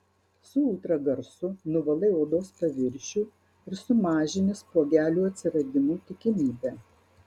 su ultragarsu nuvalai odos paviršių ir sumažini spuogelių atsiradimo tikimybę